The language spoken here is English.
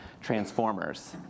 transformers